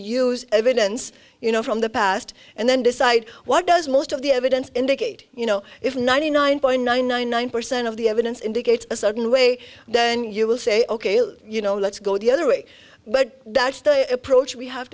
use evidence you know from the past and then decide what does most of the evidence indicate you know if ninety nine point nine nine nine percent of the evidence indicates a certain way then you will say ok you know let's go the other way but that's the approach we have